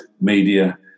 media